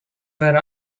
where